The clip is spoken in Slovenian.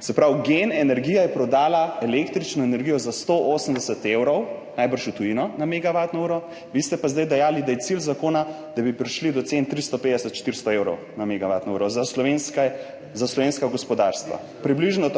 Se pravi, GEN energija je prodala električno energijo za 180 evrov za megavatno uro, najbrž v tujino, vi ste pa sedaj dejali, da je cilj zakona, da bi prišli do cen 350, 400 evrov za megavatno uro za slovensko gospodarstvo. Približno